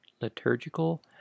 liturgical